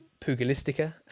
pugilistica